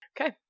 Okay